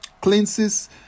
cleanses